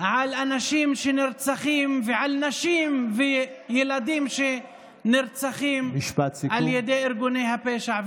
על אנשים שנרצחים ועל נשים וילדים שנרצחים על ידי ארגוני הפשע.